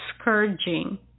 scourging